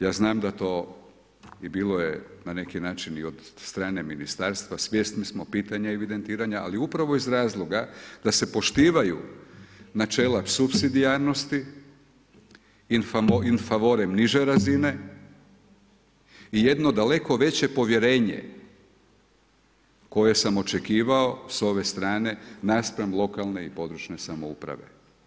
Ja znam da to i bilo je na neki način i od strane ministarstva, svjesni smo pitanja evidentiranja, ali upravo iz razloga da se poštivaju načela supsidijarnosti, in favorem niže razine i jedno daleke veće povjerenje koje sam očekivao s ove strana naspram lokalne i područne samouprave.